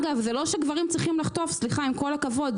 אגב, זה לא שגברים צריכים לחטוף, עם כל הכבוד.